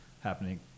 happening